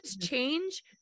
change